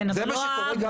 כן, אבל לא האבא.